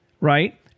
Right